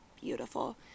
beautiful